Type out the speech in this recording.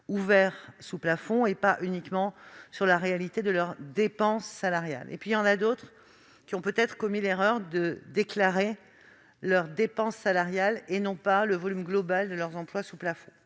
ouverts sous plafond et non pas uniquement la réalité de leurs dépenses salariales. D'autres, en revanche, ont peut-être commis l'erreur de déclarer leurs dépenses salariales, et non pas le volume global de leurs emplois sous plafond.